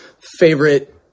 favorite